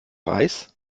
reis